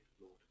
Lord